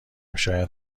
شاید